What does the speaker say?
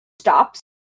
stops